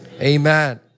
Amen